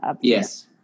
Yes